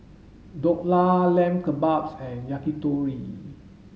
Dhokla Lamb Kebabs and Yakitori